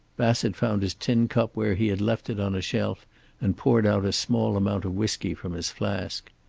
bassett found his tin cup where he had left it on a shelf and poured out a small amount of whisky from his flask.